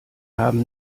haben